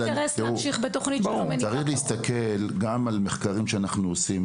צריך להסתכל גם על מחקרים שאנחנו עושים.